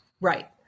Right